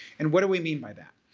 and what do we mean by that?